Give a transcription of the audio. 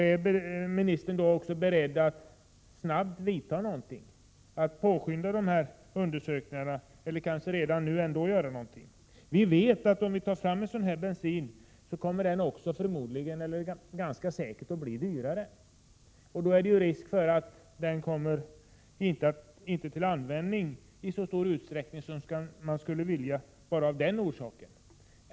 Är arbetsmarknadsministern beredd att snabbt vidta några åtgärder för att påskynda dessa undersökningar och kanske redan nu göra någonting? Vi vet att om vi tar fram en sådan här bensin så kommer den också ganska säkert att bli dyrare. Det är då risk för att den bara av den orsaken inte kommer till användning i så stor utsträckning som man skulle vilja.